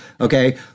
okay